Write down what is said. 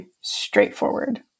straightforward